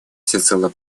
всецело